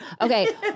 Okay